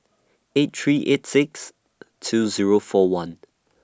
eight three eight six two Zero four one